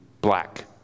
black